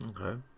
Okay